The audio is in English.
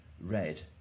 red